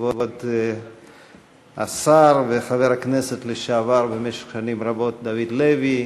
כבוד השר וחבר הכנסת לשעבר במשך שנים רבות דוד לוי,